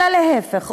אלא להפך,